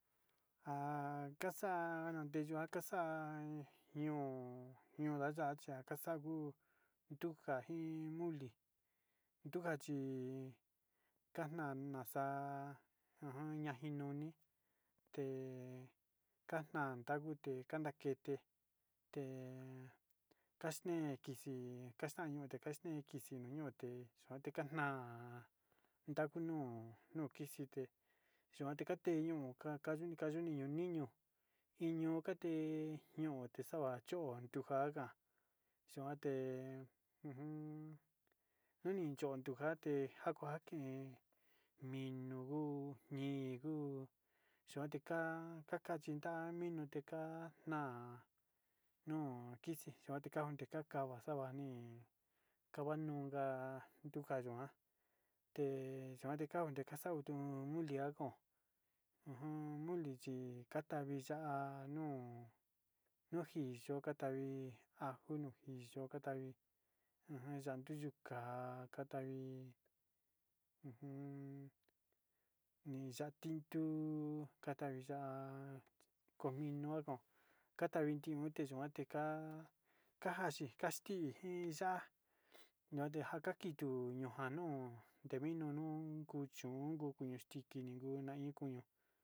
Ja in nteyo ja kasa'a nuñuda ya'a kutuja jin moli te ntuja chi katnaña ntaku nuni kuiji te nuni nku ntaku te nu ja yuka te kanta keteña te kantastneña ja unte kuiso in kivi yuka te cho'o te katna minu jin ñi te ja na cho'o va'a kuni ja kunte va'a yu'u tutnu kaji sava lu cho'o te yuka nu ja ve cho'o ntuja kikeja'aña kisaa'aña mole te kita'aviña ya'a yichi jin jaku tinana ti kun aju te ki kaxiña yuka te kikaxiña ya'a jin ñuja ja ki kituña.